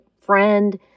friend